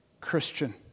Christian